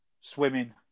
swimming